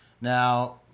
Now